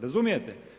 Razumijete?